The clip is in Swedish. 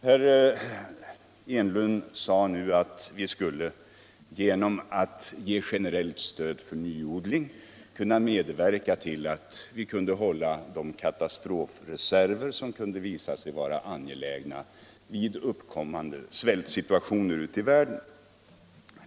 Herr Enlund sade att vi nu genom att ge ett generellt stöd till nyodling skulle kunna medverka till att hålla de katastrofreserver som kunde visa sig angelägna vid uppkommande svältsituationer ute i världen.